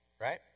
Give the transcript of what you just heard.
Right